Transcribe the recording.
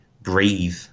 breathe